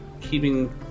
keeping